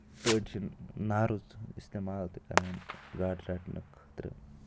أڑۍ چھِ نارُژ اِستعمال تہِ کران گاڈٕ رٹنہٕ خٲطرٕ